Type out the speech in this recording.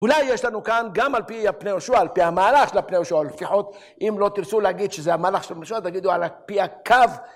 אולי יש לנו כאן גם על פי הפני יהושוע, על פי המהלך של הפני יהושוע, לפחות אם לא תרצו להגיד שזה המהלך של הפני יהושוע, תגידו על פי הקו.